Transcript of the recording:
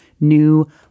new